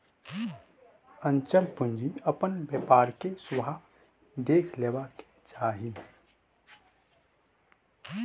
अचल पूंजी अपन व्यापार के स्वभाव देख के लेबाक चाही